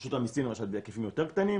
רשות המסים למשל, בהיקפים יותר קטנים